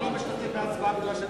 אני לא משתתף בהצבעה כי אני מקוזז.